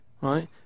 right